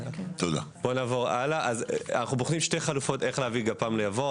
אנחנו בוחנים שתי חלופות איך להביא גפ"מ ליבור.